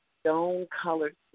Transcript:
stone-colored